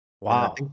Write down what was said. Wow